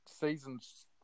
seasons